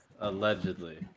Allegedly